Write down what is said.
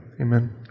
Amen